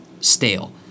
stale